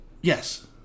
Yes